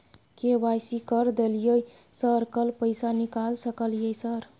KYC कर दलियै sir कल पैसा निकाल सकलियै सर?